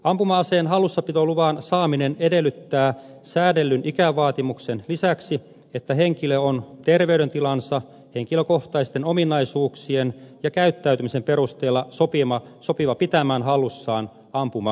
ampuma aseen hallussapitoluvan saaminen edellyttää säädellyn ikävaatimuksen lisäksi että henkilö on terveydentilansa henkilökohtaisten ominaisuuksiensa ja käyttäytymisensä perusteella sopiva pitämään hallussaan ampuma asetta